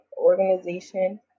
organization